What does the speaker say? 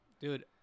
Dude